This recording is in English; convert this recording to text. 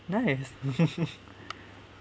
nice